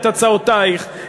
את הצעותייך,